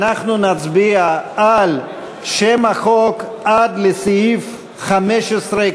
אנחנו נצביע על שם החוק עד סעיף 15,